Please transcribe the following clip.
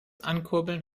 ankurbeln